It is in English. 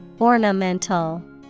Ornamental